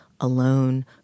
alone